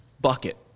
bucket